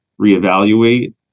reevaluate